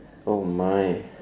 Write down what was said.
oh mine